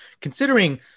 considering –